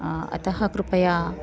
अतः कृपया